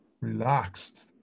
relaxed